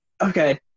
Okay